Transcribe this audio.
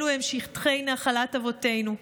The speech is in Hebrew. אלו הם שטחי נחלת אבותינו,